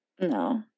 No